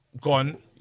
gone